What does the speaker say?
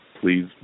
please